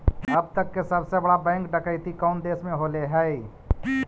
अब तक के सबसे बड़ा बैंक डकैती कउन देश में होले हइ?